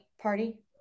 party